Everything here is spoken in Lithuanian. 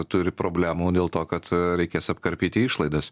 turi problemų dėl to kad reikės apkarpyti išlaidas